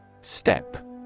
Step